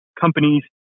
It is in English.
companies